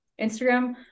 Instagram